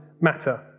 matter